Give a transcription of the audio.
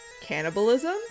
Cannibalism